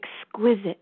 exquisite